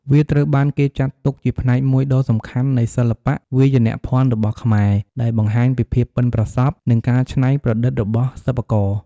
វាត្រូវបានគេចាត់ទុកជាផ្នែកមួយដ៏សំខាន់នៃសិល្បៈវាយនភ័ណ្ឌរបស់ខ្មែរ ដែលបង្ហាញពីភាពប៉ិនប្រសប់ និងការច្នៃប្រឌិតរបស់សិប្បករ។